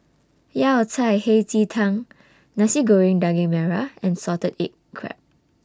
Yao Cai Hei Ji Tang Nasi Goreng Daging Merah and Salted Egg Crab